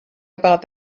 about